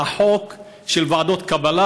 את החוק של ועדות קבלה,